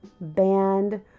band